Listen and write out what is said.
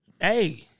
Hey